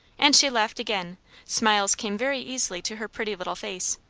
and she laughed again smiles came very easily to her pretty little face.